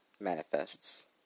Manifests